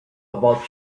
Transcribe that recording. about